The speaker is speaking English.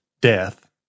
death